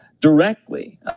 directly